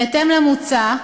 בהתאם למוצע,